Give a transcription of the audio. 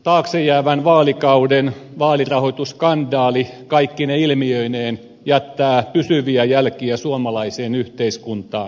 taakse jäävän vaalikauden vaalirahoitusskandaali kaikkine ilmiöineen jättää pysyviä jälkiä suomalaiseen yhteiskuntaan